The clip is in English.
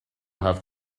have